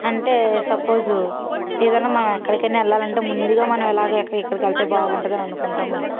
అంటే సప్పొసు ఏదైనా మనం ఎక్కడికైనా వెళ్ళాలంటే ముందుగా మనం ఎలాగా ఎక్కడికి ఎక్కడికి వెళ్తే బాగుంటుందని అనుకుంటామో